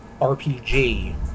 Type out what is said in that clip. RPG